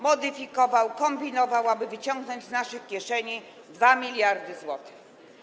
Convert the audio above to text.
Modyfikował, kombinował, aby wyciągnąć z naszych kieszeni 2 mld zł.